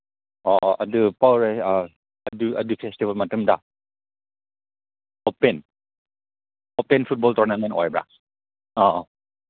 ꯑꯣ ꯑꯗꯨ ꯄꯥꯎꯔꯩ ꯑꯗꯨ ꯑꯗꯨ ꯐꯦꯁꯇꯤꯚꯦꯜ ꯃꯇꯝꯗ ꯑꯣꯄꯦꯟ ꯑꯣꯄꯦꯟ ꯐꯨꯠꯕꯣꯜ ꯇꯣꯔꯅꯥꯃꯦꯟ ꯑꯣꯏꯕ꯭ꯔꯥ ꯑꯧ